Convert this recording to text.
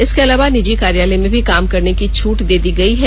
इसके अलावा निजी कार्यालय में भी काम करने की छूट दे दी गई है